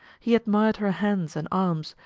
he admired her hands and arms,